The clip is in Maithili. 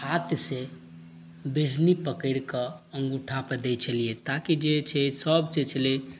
हाथसँ बिढ़नी पकड़ि कऽ अङ्गूठापर दै छलियै ताकि जे छै सब जे छलै